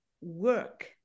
work